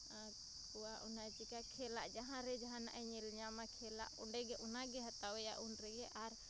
ᱠᱚᱣᱟ ᱚᱱᱟ ᱪᱤᱠᱟᱹ ᱠᱷᱮᱞᱟᱜ ᱡᱟᱦᱟᱸᱨᱮ ᱡᱟᱦᱟᱱᱟᱜ ᱮ ᱧᱮᱞᱧᱟᱢᱟ ᱠᱷᱮᱞᱟᱜ ᱚᱸᱰᱮᱜᱮ ᱚᱱᱟᱜᱮ ᱦᱟᱛᱟᱣᱟᱭᱟ ᱩᱱᱨᱮᱜᱮ ᱟᱨ